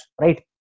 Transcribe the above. Right